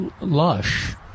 lush